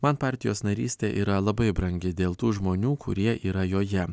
man partijos narystė yra labai brangi dėl tų žmonių kurie yra joje